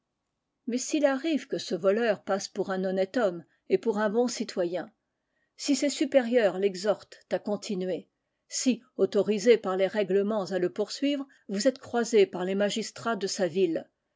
mais s'il arrive que ce voleur passe pour un honnête homme et pour un bon citoyen si ses supérieurs l'exhortent à continuer si autorisé par les règlements à le poursuivre vous êtes croisé par les magistrats de sa ville